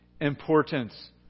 importance